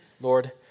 Lord